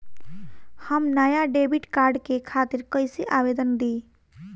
हम नया debit card के खातिर कइसे आवेदन दीं?